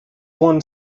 won